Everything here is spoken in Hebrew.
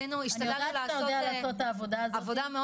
אני יודעת שאתה יודע לעשות את העבודה הזאת --- עבודה מאוד